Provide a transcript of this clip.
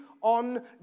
on